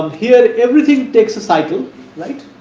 here everything takes a cycle right,